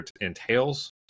entails